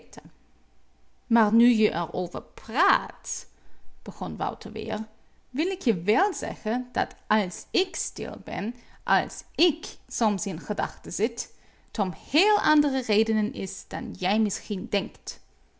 maar nu je er over praat begon wouter weer wil ik je wel zeggen dat als ik stil ben als ik soms in gedachten zit t om héél andere redenen is dan jij misschien denkt